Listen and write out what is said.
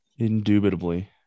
Indubitably